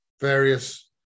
various